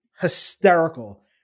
hysterical